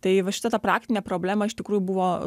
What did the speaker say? tai va šita ta praktinė problema iš tikrųjų buvo